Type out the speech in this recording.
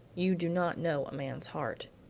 you do not know a man's heart.